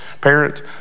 parent